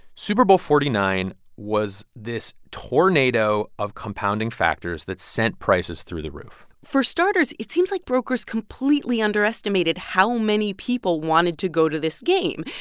super bowl forty nine was this tornado of compounding factors that sent prices through the roof for starters, it seems like brokers completely underestimated how many people wanted to go to this game.